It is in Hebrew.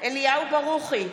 אליהו ברוכי,